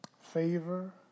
Favor